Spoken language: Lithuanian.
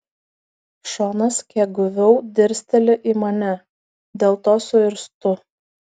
šonas kiek guviau dirsteli į mane dėl to suirztu